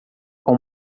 com